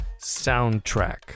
Soundtrack